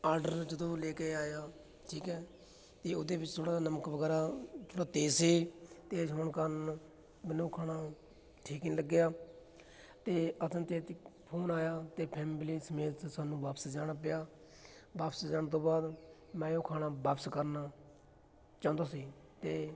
order ਜਦੋਂ ਲੈ ਕੇ ਆਇਆ ਠੀਕ ਹੈ ਤਾਂ ਉਹਦੇ ਵਿੱਚ ਥੋੜ੍ਹਾ ਨਮਕ ਵਗੈਰਾ ਥੋੜ੍ਹਾ ਤੇਜ਼ ਸੀ ਤੇਜ਼ ਹੋਣ ਕਾਰਨ ਮੈਨੂੰ ਖਾਣਾ ਠੀਕ ਨਹੀਂ ਲੱਗਿਆ ਅਤੇ ਅਚਨਚੇਤ ਇੱਕ ਫ਼ੋਨ ਆਇਆ ਅਤੇ ਫੈਮਲੀ ਸਮੇਤ ਸਾਨੂੰ ਵਾਪਸ ਜਾਣਾ ਪਿਆ ਵਾਪਸ ਜਾਣ ਤੋਂ ਬਾਅਦ ਮੈਂ ਉਹ ਖਾਣਾ ਵਾਪਸ ਕਰਨਾ ਚਾਹੁੰਦਾ ਸੀ ਅਤੇ